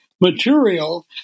material